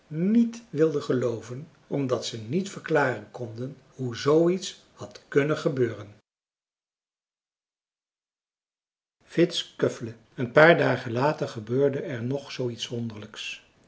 niet wilden gelooven omdat ze niet verklaren konden hoe zooiets had kunnen gebeuren vittskövle een paar dagen later gebeurde er nog zoo iets wonderlijks